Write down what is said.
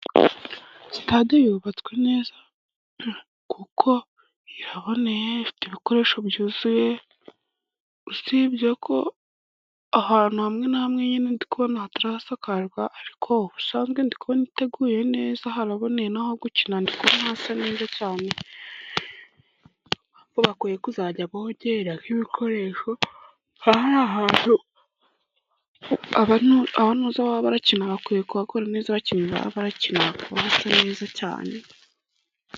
Sitade yubatswe neza kuko iraboneye, ifite ibikoresho byuzuye, usibye ko ahantu hamwe na hamwe nyine ndikubona hatarasakarirwa ariko ubusanzwe ndikubona iteguye neza. Haraboneye naho gukinira ndikubona hasa neza cyane, ariko bakwiye kuzajya bongera nk'ibikoresho nka hariya hantu abantuza baba barakinira bakwiye kuhakora neza abakinnyi baba barakinira kuko atari neza cyane.